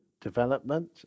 development